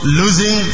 losing